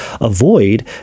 avoid